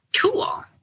Cool